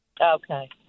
Okay